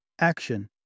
Action